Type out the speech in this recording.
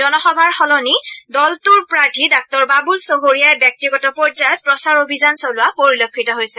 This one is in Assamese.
জনসভাৰ সলনি দলটোৰ প্ৰাৰ্থী ডাঃ বাবুল চহৰীয়াই ব্যক্তিগত পৰ্যায়ত প্ৰচাৰ অভিযান চলোৱা পৰিলক্ষিত হৈছে